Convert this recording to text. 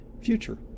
future